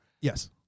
yes